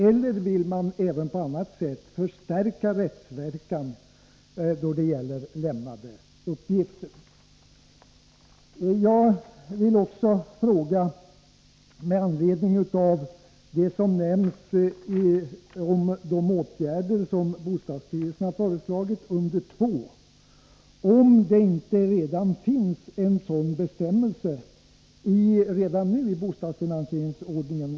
Eller vill man även på annat sätt förstärka rättsverkan då det gäller lämnade uppgifter? Med anledning av vad som sägs om de åtgärder som bostadsstyrelsen har föreslagit under punkt 2 vill jag fråga om det inte finns en sådan bestämmelse redan nu i bostadsfinansieringsförordningen.